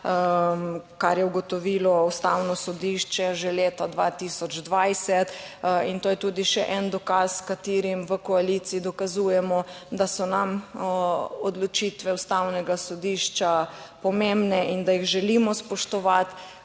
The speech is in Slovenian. Kar je ugotovilo Ustavno sodišče že leta 2020 in to je tudi še en dokaz, s katerim v koaliciji dokazujemo, da so nam odločitve Ustavnega sodišča pomembne in da jih želimo spoštovati,